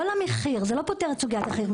זה ממש לא פותר את סוגיית המחיר.